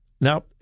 Now